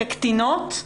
כקטינות?